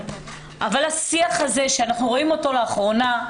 שאנחנו רואים אותו לאחרונה,